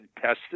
tested